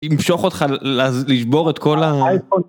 ימשוך אותך לשבור את כל ה...אייפון